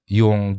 yung